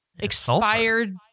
Expired